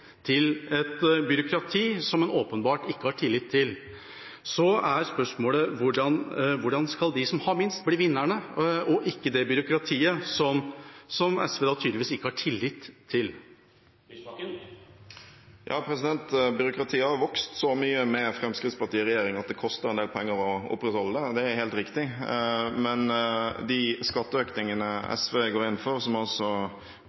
til et byråkrati som en åpenbart ikke har tillit til, er spørsmålet: Hvordan skal de som har minst, bli vinnerne, og ikke det byråkratiet som SV da tydeligvis ikke har tillit til? Byråkratiet har vokst så mye med Fremskrittspartiet i regjering at det koster en del penger å opprettholde det, det er helt riktig. Men de skatteøkningene SV går inn for – som altså